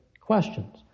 questions